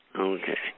Okay